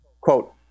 Quote